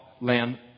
land